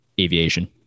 aviation